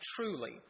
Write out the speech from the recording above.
truly